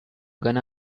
gun